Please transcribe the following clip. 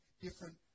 different